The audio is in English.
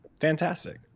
fantastic